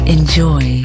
Enjoy